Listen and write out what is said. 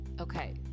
Okay